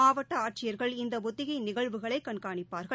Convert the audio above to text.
மாவட்ட ஆட்சியர்கள் இந்த ஒத்திகை நிகழ்வுகளை கண்காணிப்பார்கள்